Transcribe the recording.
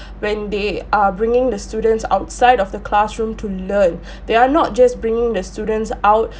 when they are bringing the students outside of the classroom to learn they are not just bringing the students out